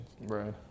Right